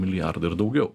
milijardą ir daugiau